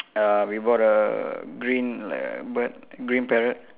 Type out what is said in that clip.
uh we bought a green bird green parrot